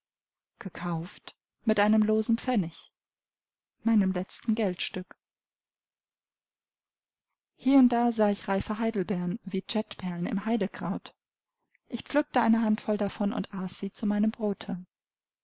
gekauft mit einem losen pfennig meinem letzten geldstück hie und da sah ich reife heidelbeeren wie jetperlen im haidekraut ich pflückte eine handvoll davon und aß sie zu meinem brote